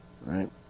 right